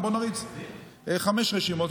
בוא נריץ חמש רשימות,